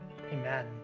amen